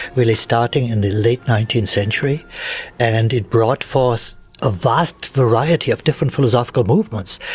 really starting in the late nineteenth century and it brought forth a vast variety of different philosophical movements.